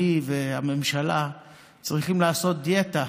אני והממשלה צריכים לעשות דיאטה,